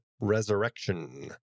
Resurrection